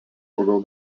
pagal